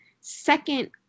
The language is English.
second